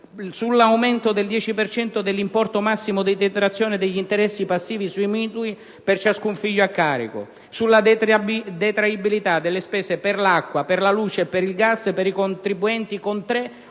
sull'aumento del 10 per cento dell'importo massimo di detrazione degli interessi passivi sui mutui per ciascun figlio a carico; sulla detraibilità delle spese per l'acqua, per la luce e per il gas per i contribuenti con tre